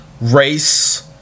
race